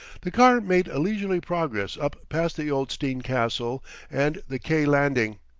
the car made a leisurely progress up past the old steen castle and the quai landing,